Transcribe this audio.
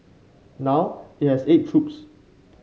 now it has eight troops